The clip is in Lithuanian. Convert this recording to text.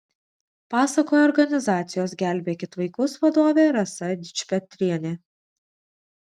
pasakoja organizacijos gelbėkit vaikus vadovė rasa dičpetrienė